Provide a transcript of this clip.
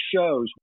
shows